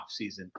offseason